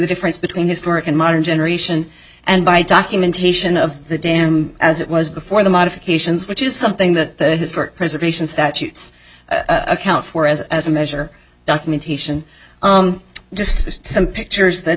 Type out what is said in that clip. difference between historic and modern generation and by documentation of the dam as it was before the modifications which is something that has for preservation statutes account for as as a measure documentation just as some pictures that